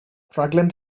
rhaglen